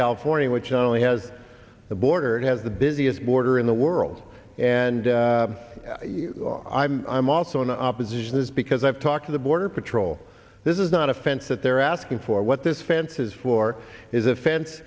california which only has a border and has the busiest border in the world and i'm also an opposition is because i've talked to the border patrol this is not a fence that they're asking for what this fence is for is a fence